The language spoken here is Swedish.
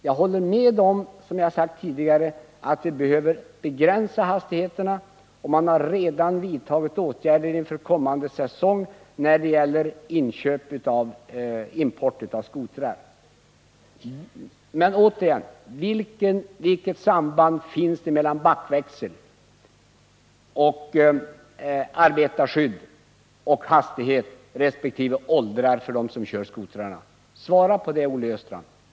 Jag håller med om, som jag sagt tidigare, att vi behöver begränsa hastigheterna. Åtgärder har redan vidtagits inför kommande säsong när det gäller import av skotrar. Men återigen: Vilket samband finns det mellan backväxel, arbetarskydd, hastighet och ålder på dem som kör skotrarna? Svara på det, Olle Östrand!